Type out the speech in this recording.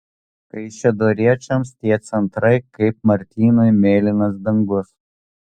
kaišiadoriečiams tie centrai kaip martynui mėlynas dangus